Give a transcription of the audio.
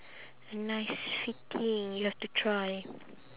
a nice fitting you have to try